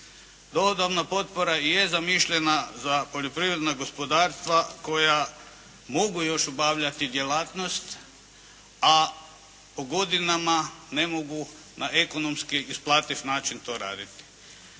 Dohodovna potpora i je zamišljena za poljoprivredna gospodarstva koja mogu još obavljati djelatnost, a po godinama ne mogu na ekonomski isplativ način to raditi.